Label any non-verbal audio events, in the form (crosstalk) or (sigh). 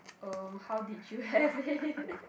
um how did you have it (noise)